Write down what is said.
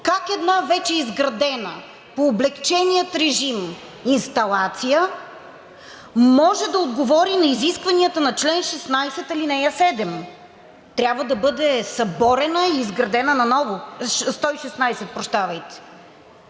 как една вече изградена по облекчения режим инсталация може да отговори на изискванията на чл. 116, ал. 7. Трябва да бъде съборена и изградена наново. Всъщност